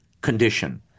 condition—